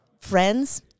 friends